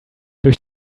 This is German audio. durch